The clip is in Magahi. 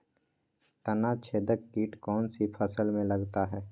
तनाछेदक किट कौन सी फसल में लगता है?